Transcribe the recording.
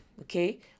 okay